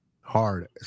hard